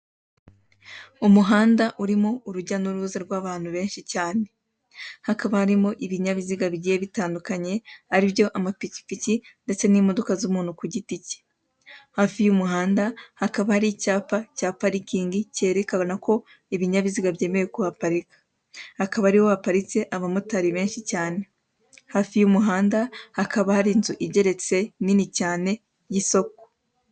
Umuhanda urimo urujya n'uruza rw'bantu benshi cyane, hakaba harimo ibinyabiziga bigiye bitandukanye aribyo amapikipiki ndetse n'imodoka z'umuntu ku giti cye, hafi y'umuhanda hakaba hari icyapa cya parikingi cyerekana ko ibinyabiziga byemewe kuhaparika akaba ariho haparitse aba motari benshi cyane, hafi y'umuhanda hakba hari inzu igeretse nini cyane y'isoko.